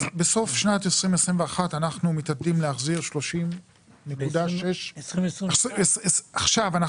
בסוף שנת 2021 אנחנו מתעתדים להחזיר 30.6. עכשיו אנחנו